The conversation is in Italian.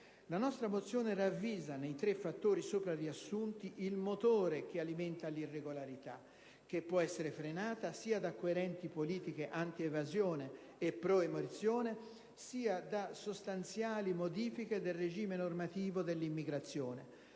La nostra mozione ravvisa nei tre fattori sopra riassunti il motore che alimenta l'irregolarità, che può essere frenata sia da coerenti politiche anti-evasione e pro-emersione, sia da sostanziali modifiche del regime normativo dell'immigrazione.